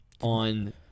on